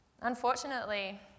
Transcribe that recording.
unfortunately